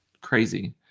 crazy